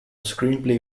screenplay